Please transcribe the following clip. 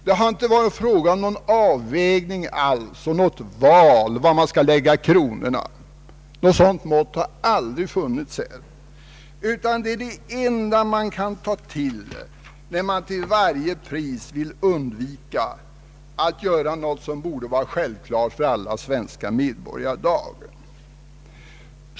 Det har inte varit fråga om någon avvägning alls av var kronorna skall läggas, utan det är det enda man kan ta till, när man till varje pris vill undvika att göra något som borde vara självklart för alla svenska medborgare i dag.